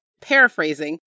paraphrasing